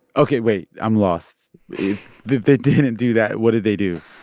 ok, wait. i'm lost. if they didn't do that, what did they do?